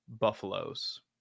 Buffaloes